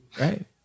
Right